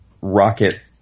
Rocket